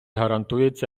гарантується